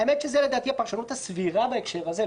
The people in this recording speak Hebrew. האמת היא שזה לדעתי הפרשנות הסבירה בהקשר הזה,